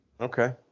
Okay